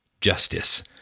justice